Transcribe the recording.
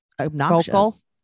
obnoxious